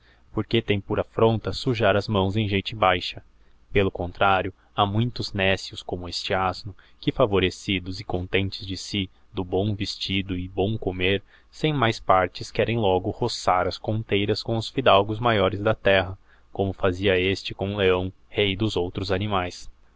porque tem por aítronta sujar as mãos en gente baixa peio contrario ha muitos necios como este asno que favorecidos e contentes de si do bom vestido e bom comer sem mais partes querem logo roçar as conteiras com os fidalíios maiores da terra como fazia este com o leão rei dos outros animaes